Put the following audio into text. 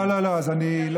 לא, לא, לא, אז אני לא,